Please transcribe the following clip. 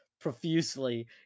profusely